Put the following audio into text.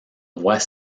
droits